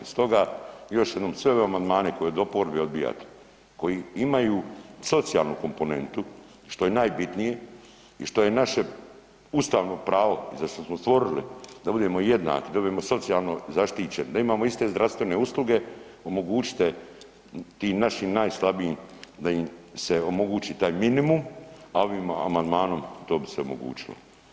Stoga još jednom sve ove amandmane koje od oporbe odbijate, koji imaju socijalnu komponentu što je najbitnije i što je naše ustavno pravo i za što smo stvorili da budemo jednaki, da budemo socijalo zaštićeni, da imamo iste zdravstvene usluge, omogućite tim našim najslabijim da im se omogući taj minimum, a ovim amandmanom to bi se omogućilo.